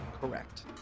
Correct